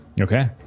Okay